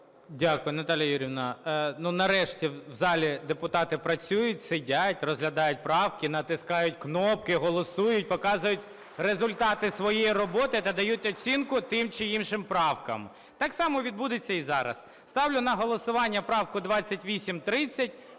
Дякую. Наталія Юріївна, ну, нарешті, в залі депутати працюють, сидять, розглядають правки, натискають кнопки, голосують, показують результати своєї роботи та дають оцінку тим чи іншим правкам. Так само відбудеться і зараз. Ставлю на голосування правку 2830.